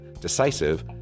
decisive